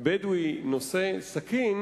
בדואי נושא סכין,